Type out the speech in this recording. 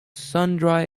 sundry